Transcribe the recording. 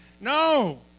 No